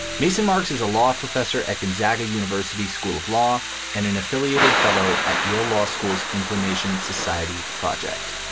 mason marks is a law professor at gonzaga university school of law and an affiliated fellow at yale law school's information society project.